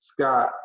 Scott